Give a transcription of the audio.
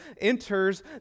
enters